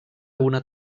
una